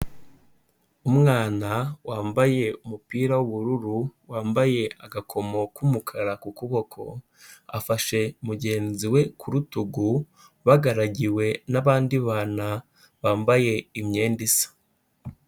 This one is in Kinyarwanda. Umwana wambaye umupira w'ubururu, wambaye agakomo k'umukara ku kuboko afashe mugenzi we ku rutugu bagaragiwe n'abandi bana bambaye imyenda isa.